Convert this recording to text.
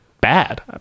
bad